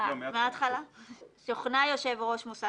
אבל עכשיו אני אותו אדם שאין לו מחשב ואין לו טלפון